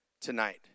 tonight